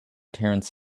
terence